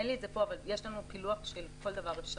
אין לי את זה פה אבל יש לנו פילוח של כל דבר אפשרי.